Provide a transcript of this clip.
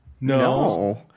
No